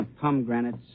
pomegranates